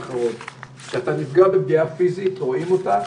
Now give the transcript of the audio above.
כאשר אתה נפגע בפגיעה פיזית רואים אותה,